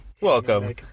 Welcome